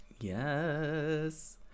Yes